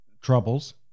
troubles